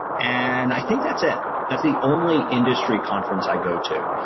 and i think that's it. that's the only industry conference i go to.